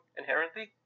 inherently